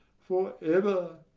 for ever!